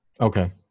okay